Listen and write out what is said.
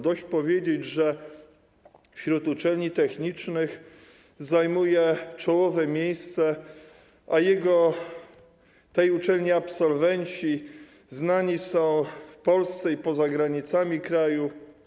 Dość powiedzieć, że wśród uczelni technicznych zajmuje czołowe miejsce, a jej absolwenci znani są w Polsce i poza granicami kraju.